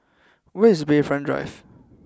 where is Bayfront Drive